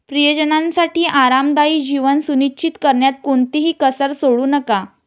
प्रियजनांसाठी आरामदायी जीवन सुनिश्चित करण्यात कोणतीही कसर सोडू नका